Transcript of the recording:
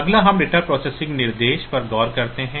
अगला हम data processing निर्देशों पर गौर करते हैं